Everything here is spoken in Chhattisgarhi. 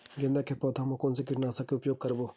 गेंदा के पौधा म कोन से कीटनाशक के उपयोग करबो?